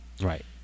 Right